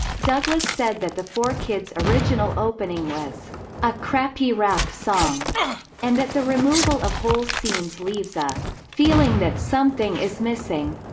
douglass said that the four kids original opening was a crappy rap song and that the removal of whole scenes leaves a feeling that something is missing.